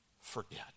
forget